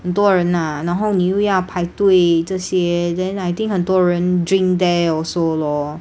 很多人啊然后你又要排队这些 then I think 很多人 drink there also lor